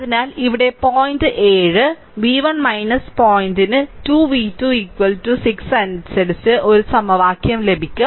അതിനാൽ ഇവിടെ പോയിന്റ് ഏഴ് v1 പോയിന്റ് 2 v2 6 അനുസരിച്ച് ഒരു സമവാക്യം ലഭിക്കും